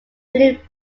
plain